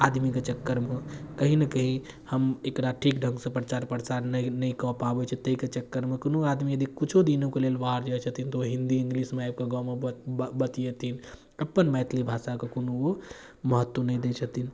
आदमीके चक्करमे कहीँ ने कहीँ एकरा हम ठीक ढङ्ग सँ प्रचार प्रसार नहि नहि कऽ पाबै छी ताहिके चक्करमे कोनो आदमी यदि किछो दिनोके लेल बाहर जाइ छथिन तऽ ओ हिन्दी इंग्लिशमे आबि कऽ गामो पर बतियात अपन मैथिली भाषाके कोनो ओ महत्व नहि दै छथिन